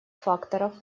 факторов